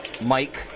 Mike